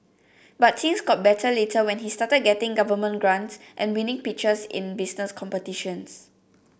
but things got better later when he started getting government grants and winning pitches in business competitions